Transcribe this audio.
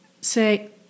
say